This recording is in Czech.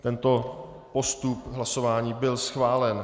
Tento postup hlasování byl schválen.